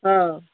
ହଁ